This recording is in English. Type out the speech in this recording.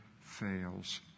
fails